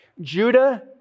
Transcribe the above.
Judah